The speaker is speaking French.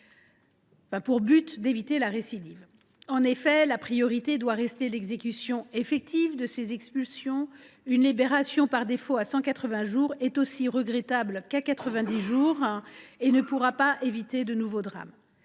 pour but d’éviter la récidive. En effet, la priorité doit rester l’exécution effective des expulsions. Une libération par défaut est aussi regrettable après 180 jours qu’après 90 jours et ne pourra éviter de nouveaux drames.